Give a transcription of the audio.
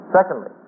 Secondly